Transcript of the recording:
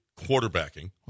quarterbacking